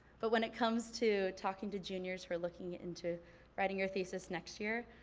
but when it comes to talking to juniors who are looking into writing your thesis next year,